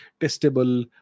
testable